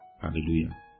Hallelujah